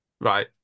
Right